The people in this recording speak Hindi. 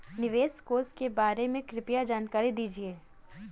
निवेश कोष के बारे में कृपया जानकारी दीजिए